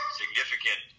significant